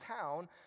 town